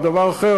או דבר אחר,